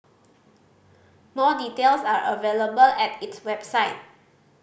more details are available at its website